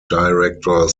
director